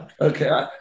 Okay